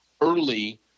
early